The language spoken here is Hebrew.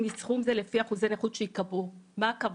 כתוב: חלק יחסי מסכום זה לפי אחוזי נכות שייקבעו - מה הכוונה?